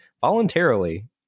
voluntarily